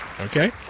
Okay